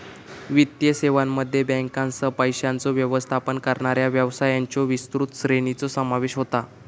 वित्तीय सेवांमध्ये बँकांसह, पैशांचो व्यवस्थापन करणाऱ्या व्यवसायांच्यो विस्तृत श्रेणीचो समावेश होता